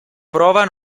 prova